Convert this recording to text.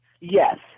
Yes